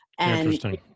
Interesting